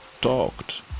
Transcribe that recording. talked